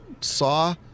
Saw—